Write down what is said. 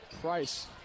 Price